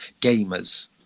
gamers